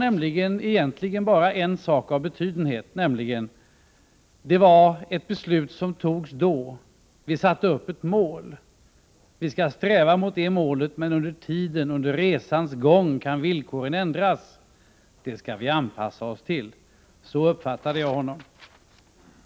Han sade egentligen bara en sak av betydenhet, nämligen detta: Det var ett beslut som togs då. Vi satte upp ett mål. Vi skall sträva mot det målet, men under resans gång kan villkoren ändras. Det skall vi anpassa oss till. Så uppfattade jag Nils Erik Wåågs uttalande.